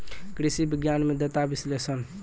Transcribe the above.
कृषि विज्ञान में डेटा विश्लेषण